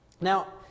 Now